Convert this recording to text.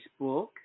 Facebook